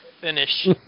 finish